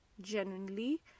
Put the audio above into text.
genuinely